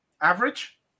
average